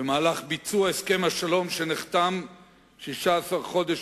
במהלך ביצוע הסכם השלום שנחתם 16 חודש